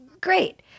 great